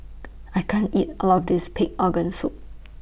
I can't eat All of This Pig Organ Soup